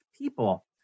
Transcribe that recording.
people